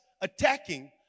attacking